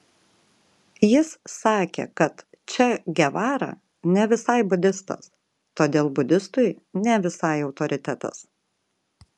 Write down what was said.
jis sakė kad če gevara ne visai budistas todėl budistui ne visai autoritetas